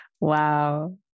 wow